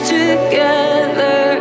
together